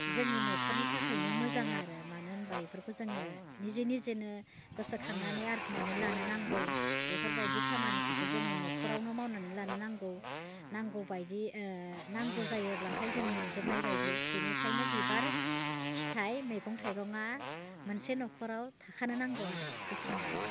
जोंनि न'खरनि थाखायनो मोजां आरो मानो होनबा बिफोरखौ जोङो निजि निजिनो गोसोखांनानै आरजिनानै लानो नांगौ बेफोरबायदि खामानिफोरखौ जोङो न'खरावनो मावनानै लानो नांगौ नांगौबायदि नांगौ जायोब्लाथाय जों मोनजोबनाय बायदि बिनिखायनो बिबार फिथाइ मैगं थाइगङा मोनसे न'खराव थाखानो नांगौ आरो बेखिनियानो